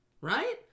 right